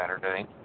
Saturday